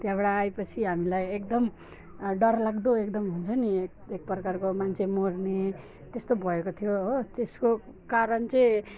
त्यहाँबाट आए पछि हामीलाई एकदम डर लाग्दो एकदम हुन्छ नि एक प्रकारको मान्छे मर्ने त्यस्तो भएको थियो हो त्यसको कारण चाहिँ